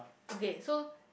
okay so